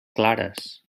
clares